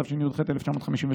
התשי"ב 1952,